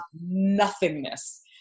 nothingness